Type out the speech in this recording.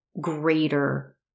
greater